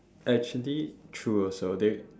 actually true also they